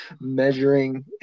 measuring